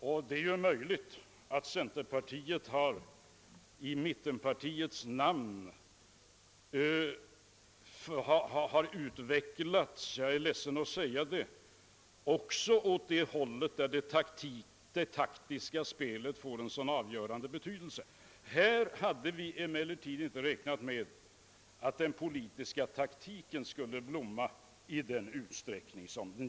Det är ju möjligt att centerpartiet i mittenpartiernas namn har utvecklats åt samma håll — jag är ledsen att behöva säga det — och att det taktiska spelet har fått en avgörande betydelse. Vi hade emellertid inte räknat med att den politiska taktiken skulle blomma ut i den utsträckning som skett.